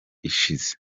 ishize